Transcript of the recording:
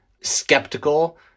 skeptical